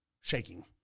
shaking